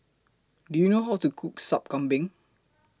Do YOU know How to Cook Sup Kambing